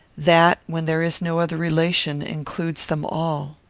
that, when there is no other relation, includes them all.